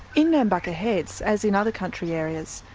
in nambucca heads, as in other country areas,